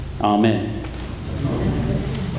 Amen